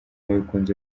bikunze